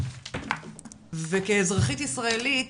וכאזרחית ישראלית